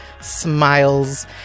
smiles